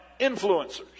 influencers